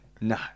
No